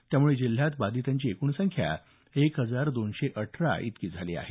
त्यामुळे जिल्ह्यात बाधितांची एकूण संख्या एक हजार दोनशे अठरा इतकी झाली आहे